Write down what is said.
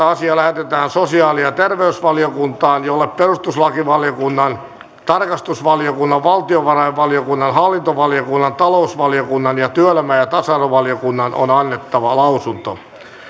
asia lähetetään sosiaali ja terveysvaliokuntaan jolle perustuslakivaliokunnan tarkastusvaliokunnan valtiovarainvaliokunnan hallintovaliokunnan talousvaliokunnan ja työelämä ja tasa arvovaliokunnan on annettava lausunto